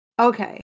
Okay